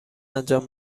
انجام